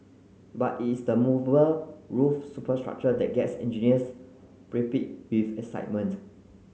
but it is the movable roof superstructure that gets engineers with excitement